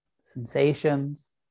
sensations